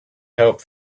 helped